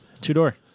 Two-door